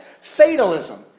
fatalism